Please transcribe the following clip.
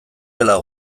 dela